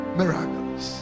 miracles